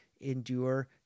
Endure